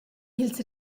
ils